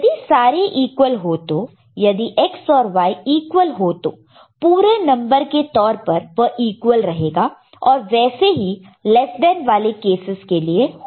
यदि सारे इक्वल हो तो यदि X और Y इक्वल हो तो पूरे नंबर के तौर पर वह इक्वल रहेगा और वैसे ही लेस देन वाले केसेस के लिए होगा